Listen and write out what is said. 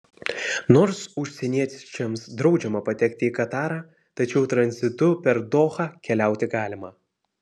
nors užsieniečiams draudžiama patekti į katarą tačiau tranzitu per dohą keliauti galima